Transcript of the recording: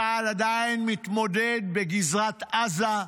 צה"ל עדיין מתמודד בגזרת עזה,